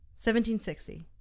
1760